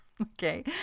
Okay